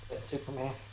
Superman